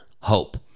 hope